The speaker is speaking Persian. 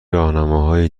راهنماهایی